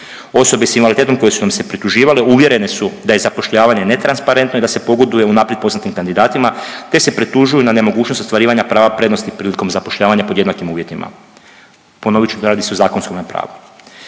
Osobe s invaliditetom koje su nam se prituživale uvjerene su da je zapošljavanje netransparentno i da se pogoduje unaprijed poznatim kandidatima te se pritužuju na nemogućnost ostvarivanja prava prednosti prilikom zapošljavanja pod jednakim uvjetima, ponovit ću radi se o zakonskome pravu.